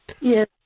yes